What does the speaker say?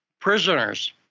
prisoners